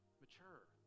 Mature